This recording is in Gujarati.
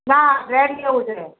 ના રેન્ટ લેવું છે રેન્ટ